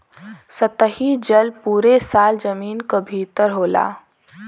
सतही जल पुरे साल जमीन क भितर होला